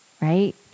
right